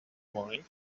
morning